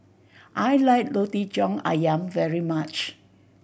I like Roti John Ayam very much